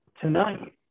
Tonight